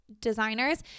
designers